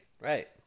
Right